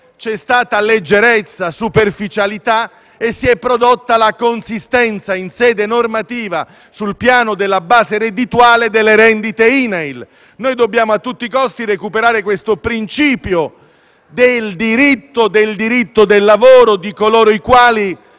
c'è stata poi leggerezza e superficialità e si è prodotta la consistenza in sede normativa sul piano della base reddituale delle rendite INAIL. Dobbiamo a tutti i costi recuperare il principio del diritto del lavoro di coloro i quali,